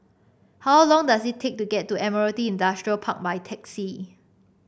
how long does it take to get to Admiralty Industrial Park by taxi